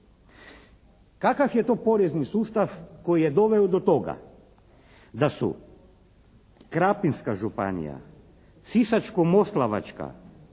Kakav je to porezni sustav koji je doveo do toga da su Krapinska županija, Sisačko-moslavačka,